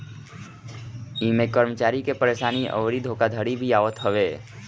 इमें कर्मचारी के परेशानी अउरी धोखाधड़ी भी आवत हवे